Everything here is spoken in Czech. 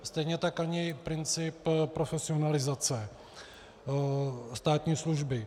Stejně tak ani princip profesionalizace státní služby.